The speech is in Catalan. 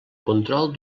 control